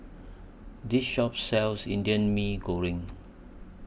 This Shop sells Indian Mee Goreng